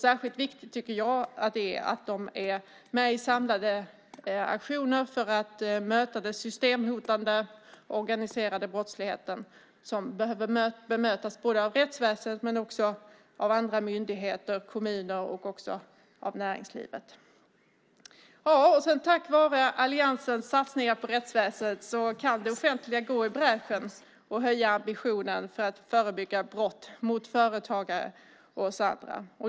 Särskilt viktigt tycker jag att det är att de är med i samlade aktioner för att möta den systemhotande organiserade brottsligheten som behöver bemötas både av rättsväsendet och av andra myndigheter, kommuner och av näringslivet. Tack vare alliansens satsningar på rättsväsendet kan det offentliga gå i bräschen och höja ambitionen för att förebygga brott mot företagare och oss andra.